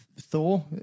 Thor